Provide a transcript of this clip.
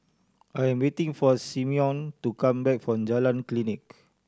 I am waiting for Simeon to come back from Jalan Klinik